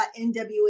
NWA